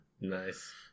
nice